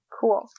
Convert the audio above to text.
Cool